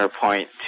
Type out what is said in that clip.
point